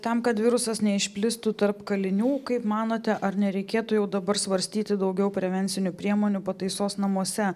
tam kad virusas neišplistų tarp kalinių kaip manote ar nereikėtų jau dabar svarstyti daugiau prevencinių priemonių pataisos namuose